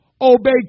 obey